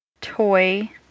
toy